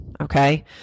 Okay